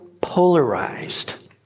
polarized